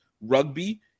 rugby